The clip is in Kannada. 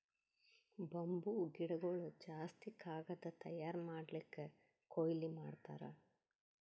ಬಂಬೂ ಗಿಡಗೊಳ್ ಜಾಸ್ತಿ ಕಾಗದ್ ತಯಾರ್ ಮಾಡ್ಲಕ್ಕೆ ಕೊಯ್ಲಿ ಮಾಡ್ತಾರ್